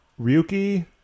Ryuki